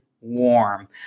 warm